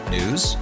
News